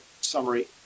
summary